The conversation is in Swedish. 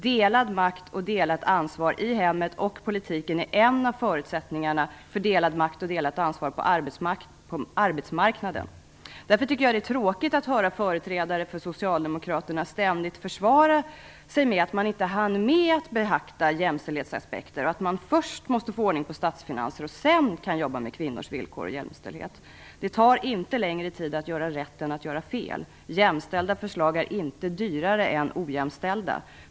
Delad makt och delat ansvar i hemmet och politiken är en av förutsättningarna för delad makt och delat ansvar på arbetsmarknaden. Därför är det tråkigt att höra företrädare för Socialdemokraterna ständigt försvara sig med att man inte hann med att beakta jämställdhetsaspekter, att man först måste få ordning på statsfinanserna och sedan kan jobba med kvinnors villkor och jämställdhet. Det tar inte längre tid att göra rätt än att göra fel. Jämställda förslag är inte dyrare än ojämställda.